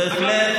בהחלט.